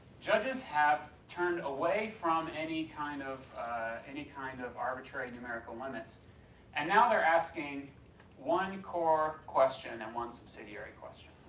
judges have turned away from any kind of any kind of arbitrary numerical limits and now they're asking one core question and one subsidiary question.